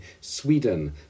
Sweden